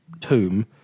tomb